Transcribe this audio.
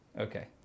Okay